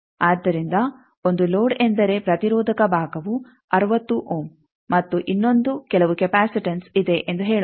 ಆದ್ದರಿಂದ ಒಂದು ಲೋಡ್ ಎಂದರೆ ಪ್ರತಿರೋಧಕ ಭಾಗವು 60 ಓಮ್ ಮತ್ತು ಇನ್ನೊಂದು ಕೆಲವು ಕೆಪಾಸಿಟನ್ಸ್ ಇದೆ ಎಂದು ಹೇಳೋಣ